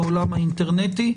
בעולם האינטרנטי.